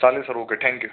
चालेल sir okay thank you